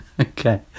okay